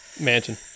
Mansion